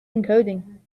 encoding